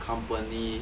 company